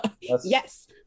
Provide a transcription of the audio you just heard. yes